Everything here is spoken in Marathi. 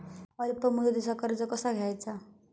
अल्प मुदतीचा कर्ज कसा घ्यायचा?